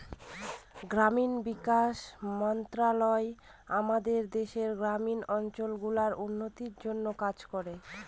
গ্রামীণ বিকাশ মন্ত্রণালয় আমাদের দেশের গ্রামীণ অঞ্চল গুলার উন্নতির জন্যে কাজ করে